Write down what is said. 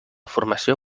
formació